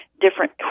different